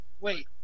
Wait